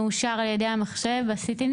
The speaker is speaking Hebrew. רצינו להתייחס למשהו שפחות עלה בדיון,